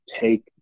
take